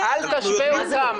אל תשווה את זה.